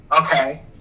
Okay